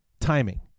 timing